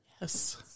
Yes